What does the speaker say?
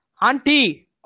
auntie